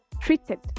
treated